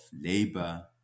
labor